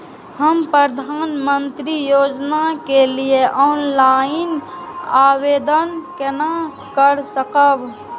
हम प्रधानमंत्री योजना के लिए ऑनलाइन आवेदन केना कर सकब?